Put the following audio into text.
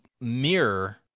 mirror